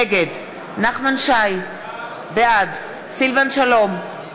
נגד נחמן שי, בעד סילבן שלום,